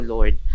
Lord